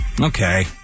okay